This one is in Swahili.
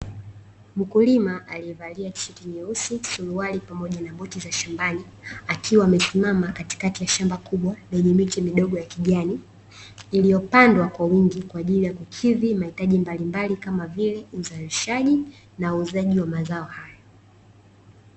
Mkulima aliyevalia tisheti nyeusi, suruali pamoja na buti za shambani, akiwa amesimama katikati ya shamba kubwa lenye miche midogo ya kijani, iliyopandwa kwa wingi kwa ajili ya kukidhi mahitaji mbalimbali, kama vile: uzalishaji na uuzaji wa mazao hayo.